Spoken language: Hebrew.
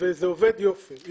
וזה עובד יופי.